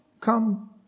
come